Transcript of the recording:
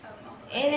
um